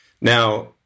Now